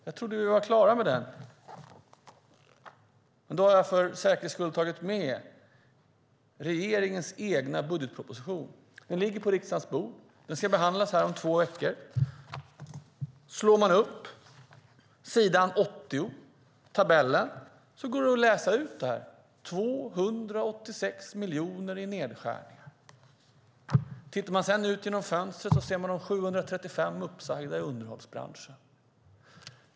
Jag trodde att vi var klara med detta. Jag har för säkerhets skull tagit med regeringens budgetproposition. Den ligger på riksdagens bord och ska behandlas här om två veckor. I tabellen på s. 80 går det att läsa ut att det är 286 miljoner i nedskärningar. Tittar man sedan ut genom fönstret ser man de 735 uppsagda i underhållsbranschen.